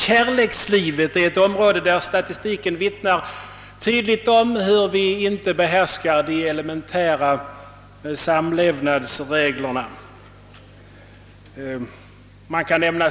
Kärlekslivet är ett område där vi, enligt vad statistiken tydligt visar, inte behärskar de elementära samlevnadsreglerna.